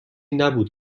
نبود